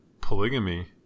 polygamy